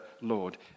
Lord